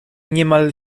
niemal